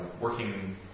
working